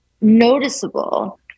noticeable